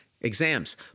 exams